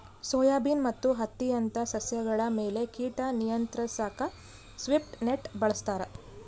soybean ಮತ್ತು ಹತ್ತಿಯಂತ ಸಸ್ಯಗಳ ಮೇಲೆ ಕೀಟ ನಿಯಂತ್ರಿಸಾಕ ಸ್ವೀಪ್ ನೆಟ್ ಬಳಸ್ತಾರ